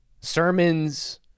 sermons